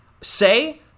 say